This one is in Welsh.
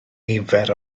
nifer